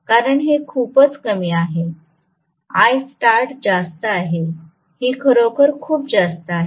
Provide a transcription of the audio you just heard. कारण हे खूपच कमी आहे Istart जास्त आहे ही खरोखर खूप जास्त आहे